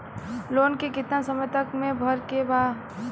Loan के कितना समय तक मे भरे के बा?